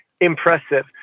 impressive